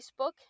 Facebook